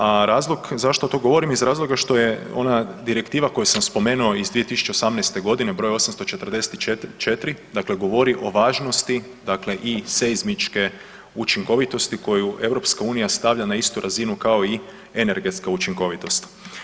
A razlog zašto to govorim iz razloga što je ona direktiva koju sam spomenuo iz 2018.g. br. 844, dakle govori o važnosti dakle i seizmičke učinkovitosti koju EU stavlja na istu razina kao i energetska učinkovitost.